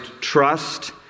trust